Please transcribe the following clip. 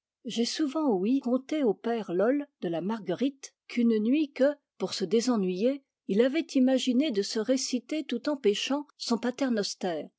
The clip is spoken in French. j'ai souvent ouï conter au père loll de la marguerite qu'une nuit que pour se désennuyer il avait imaginé de se réciter tout en pêchant son pater noster